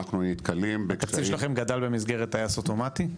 אנחנו נתקלים- -- התקציב שלכם גדל במסגרת טייס אוטומטי?